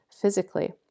physically